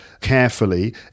carefully